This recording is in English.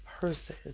person